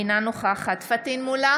אינה נוכחת פטין מולא,